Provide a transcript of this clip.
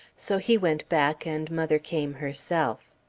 so he went back and mother came herself.